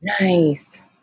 Nice